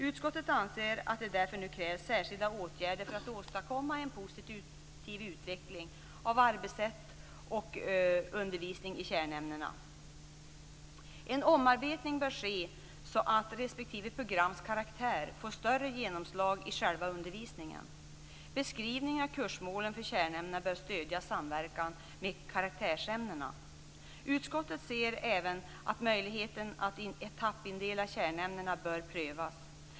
Utskottet anser att det därför nu krävs särskilda åtgärder för att åstadkomma en positiv utveckling av arbetssätt och undervisning i kärnämnena. En omarbetning bör ske så att respektive programs karaktär får större genomslag i själva undervisningen. Beskrivningen av kursmålen för kärnämnena bör stödja samverkan med karaktärsämnena. Utskottet ser även att möjligheten att etappindela kärnämnena bör prövas.